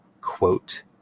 quote